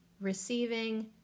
receiving